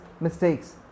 mistakes